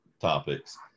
topics